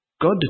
God